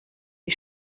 wie